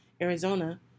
Arizona